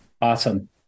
Awesome